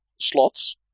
slots